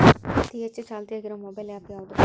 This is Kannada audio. ಅತಿ ಹೆಚ್ಚ ಚಾಲ್ತಿಯಾಗ ಇರು ಮೊಬೈಲ್ ಆ್ಯಪ್ ಯಾವುದು?